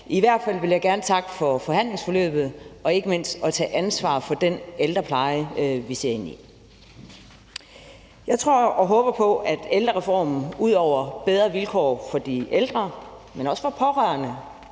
i hvert fald vil jeg gerne takke for forhandlingsforløbet og ikke mindst også for, at man tager et ansvar for den ældrepleje, vi ser ind i. Jeg tror og håber på, at ældrereformen, ud over at den vil give bedre vilkår for de ældre, men også for de pårørende